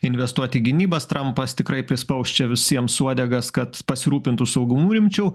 investuot į gynybą s trampas tikrai prispaus čia visiems uodegas kad pasirūpintų saugumu rimčiau